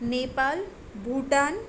Nepal Bhutan